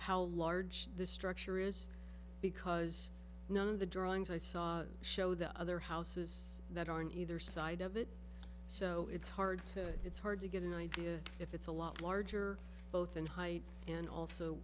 how large the structure is because none of the drawings i saw show the other houses that are in either side of it so it's hard to it's hard to get an idea if it's a lot larger both in height and also